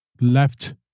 left